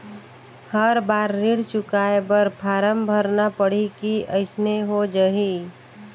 हर बार ऋण चुकाय बर फारम भरना पड़ही की अइसने हो जहीं?